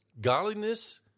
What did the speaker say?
Godliness